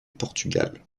portugal